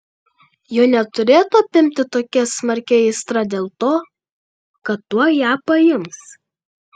jo neturėtų apimti tokia smarki aistra dėl to kad tuoj ją paims